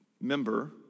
member